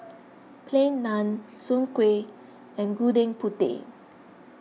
Plain Naan Soon Kueh and Gudeg Putih